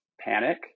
panic